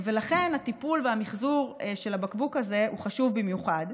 ולכן הטיפול, המחזור של הבקבוק הזה חשוב במיוחד.